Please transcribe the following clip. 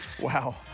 Wow